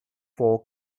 fork